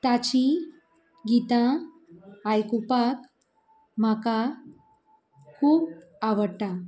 ताची गितां आयकूपाक म्हाका खूब आवडटा